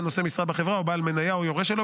נושא משרה בחברה או בעל מניה או יורש שלו,